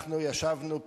אנחנו ישבנו פה,